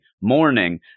morning